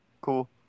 cool